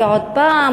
עוד פעם,